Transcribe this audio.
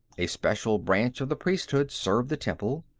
a special branch of the priesthood served the temple.